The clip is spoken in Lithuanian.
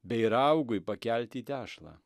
bei raugui pakelti į tešlą